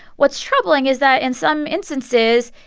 what's troubling is that in some instances,